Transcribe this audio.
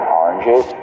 oranges